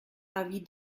avis